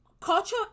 culture